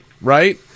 right